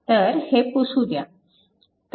तर हे पुसू द्या